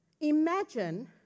Imagine